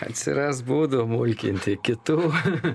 atsiras būdų mulkinti kitų